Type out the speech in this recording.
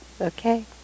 okay